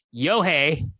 Yohei